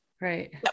Right